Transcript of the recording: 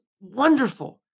wonderful